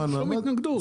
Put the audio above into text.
אין שום התנגדות.